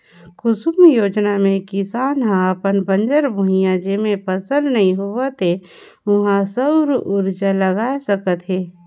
कुसुम योजना मे किसान हर अपन बंजर भुइयां जेम्हे फसल नइ होवत हे उहां सउर उरजा लगवाये सकत हे